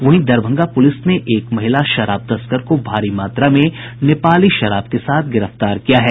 वहीं दरभंगा पुलिस ने एक महिला शराब तस्कर को भारी मात्रा में नेपाली शराब के साथ गिरफ्तार किया है